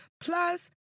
Plus